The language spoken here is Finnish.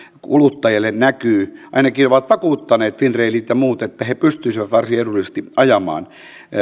kuluttajalle näkyy ainakin ovat vakuuttaneet finrailit ja muut että he pystyisivät varsin edullisesti ajamaan